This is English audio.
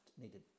needed